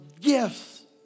gifts